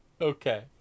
Okay